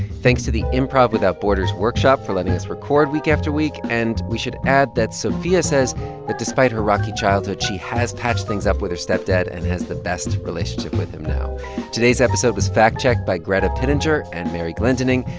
thanks to the improv without borders workshop for letting us record week after week. and we should add that sophia says that, despite her rocky childhood, she has patched things up with her stepdad and has the best relationship with him now today's episode was fact-checked by but pettinger and mary glendinning.